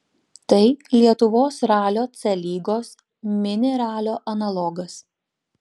tai lietuvos ralio c lygos mini ralio analogas